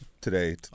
today